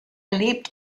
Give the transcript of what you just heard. lebt